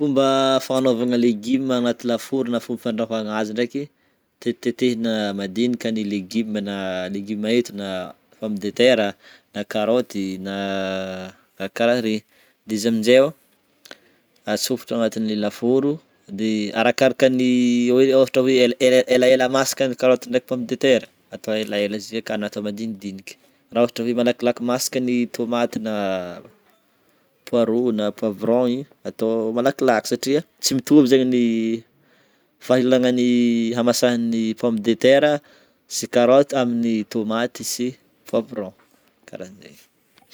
Fomba fagnanovagna légume agnaty lafaoro na fomba fandrahoagna azy ndreky, tetitetehina madinika ny légume na légume eto na pomme de terre na karôty na karaha regny, de izy aminjeo, atsofotra agnatin' le lafaoro, de arakarakan'ny ohatra hoe ela- elaela masaka ny karôty ndreky pomme de terre atao elaela izy ka na atao madinidiniky, raha ohatra hoe malakilaky masaka ny tômaty na poireaux na poivron igny atao malakilaky satria tsy mitovy zegny faelagnan'ny hamasahan'ny pomme de terre sy karôty amin'ny tômaty sy poivron karahan'jay.